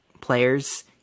players